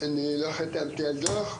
אני לא חתמתי על דוח,